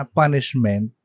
punishment